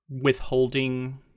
withholding